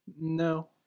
No